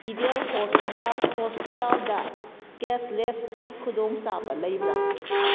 ideal hospital ꯍꯣꯁꯄꯤꯇꯥꯜꯗ ꯀꯦꯁꯂꯦꯁꯀꯤ ꯈꯨꯗꯣꯡꯆꯥꯕ ꯂꯩꯕ꯭ꯔꯥ